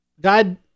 God